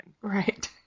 Right